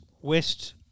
west